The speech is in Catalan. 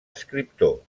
escriptor